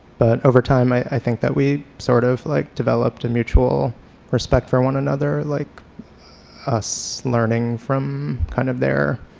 but over time i think that we sort of like developed a mutual respect for one another like us learning from kind of their